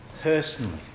personally